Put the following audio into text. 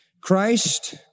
Christ